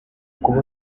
kuba